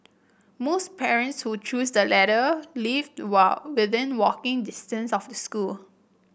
most parents who chose the latter lived within walking distance of the school